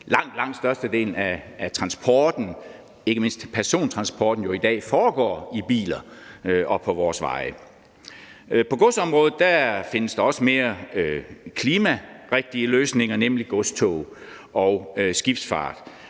langt størstedelen af transporten, ikke mindst persontransporten, jo i dag foregår i biler og på vores veje. På godsområdet findes der også nogle mere klimarigtige løsninger, nemlig godstog og skibsfart,